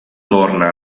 torna